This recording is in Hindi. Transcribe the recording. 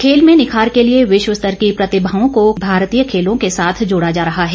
खेल में निखार के लिए विश्व स्तर की प्रतिभाओं को भारतीय खेलों के साथ जोड़ा जा रहा है